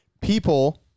People